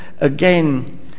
again